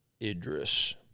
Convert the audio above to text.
Idris